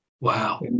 Wow